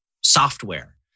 software